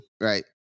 right